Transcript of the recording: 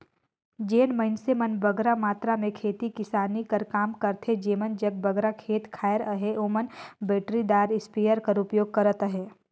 जेन मइनसे मन बगरा मातरा में खेती किसानी कर काम करथे जेमन जग बगरा खेत खाएर अहे ओमन बइटरीदार इस्पेयर कर परयोग करत अहें